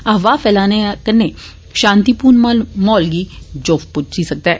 अफवाह फैलाने कन्नै शांतिपूर्ण माहौल गी जोफ पुज्जी सकदा ऐ